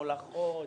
הולכות,